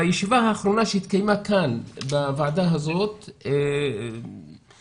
בישיבה האחרונה שהתקיימה בוועדה הזאת לפני